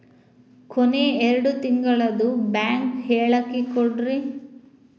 ಕೊನೆ ಎರಡು ತಿಂಗಳದು ಬ್ಯಾಂಕ್ ಹೇಳಕಿ ಕೊಡ್ರಿ